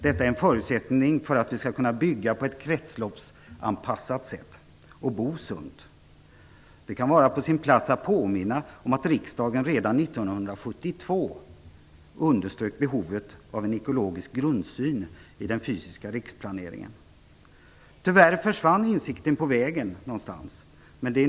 Detta är en förutsättning för att vi skall kunna bygga på ett kretsloppsanpassat sätt och bo sunt. Det kan vara på sin plats att påminna om att riksdagen redan 1972 underströk behovet av en ekologiskt grundsyn i den fysiska riksplaneringen. Tyvärr försvann insikten någonstans på vägen.